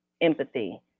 empathy